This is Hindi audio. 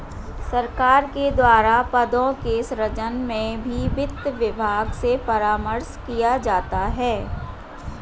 सरकार के द्वारा पदों के सृजन में भी वित्त विभाग से परामर्श किया जाता है